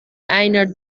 einer